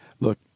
Look